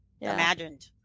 imagined